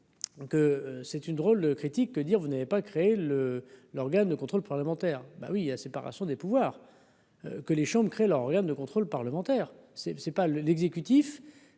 que c'est une drôle de critiques que dire vous n'avez pas créé le l'organe de contrôle parlementaire bah oui a séparation des pouvoirs, que les chambres crée l'organe de contrôle parlementaire c'est c'est pas le l'exécutif